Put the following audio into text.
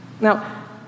Now